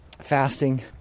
fasting